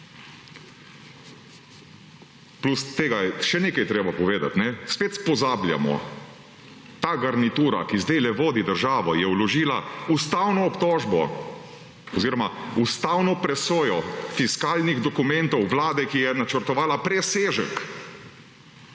Plus tega je še nekaj treba povedati. Spet spozabljamo; ta garnitura, ki zdajle vodi državo, je vložila ustavno obtožbo oziroma ustavno presojo fiskalnih dokumentov vlade, ki je načrtovala presežek.